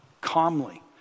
calmly